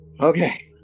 okay